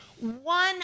one